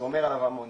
זה אומר עליו המון,